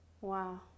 Wow